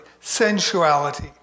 sensuality